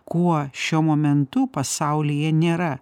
kuo šiuo momentu pasaulyje nėra